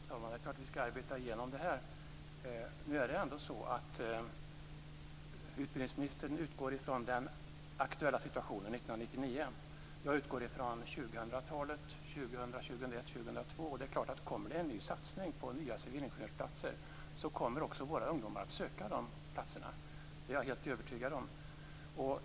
Fru talman! Det är klart att vi ska arbeta igenom det här. Nu är det ändå så att utbildningsministern utgår från den aktuella situationen 1999. Jag utgår från 2000-talet - 2000-2002 - och jag är helt övertygad om att om det kommer en satsning på nya civilingenjörsplatser, kommer våra ungdomar också att söka de platserna.